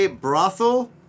Brothel